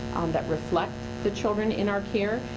that reflect the children in our care.